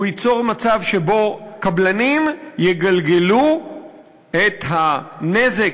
הוא ייצור מצב שבו קבלנים יגלגלו את הנזק